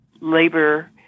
Labor